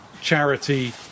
charity